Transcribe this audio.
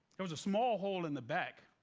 there was a small hole in the back,